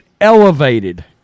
elevated